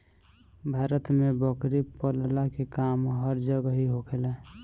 भारत में बकरी पलला के काम हर जगही होखेला